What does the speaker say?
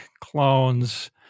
clones